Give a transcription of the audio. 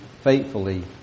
faithfully